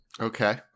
Okay